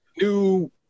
New